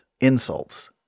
insults